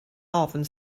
ofn